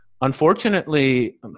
unfortunately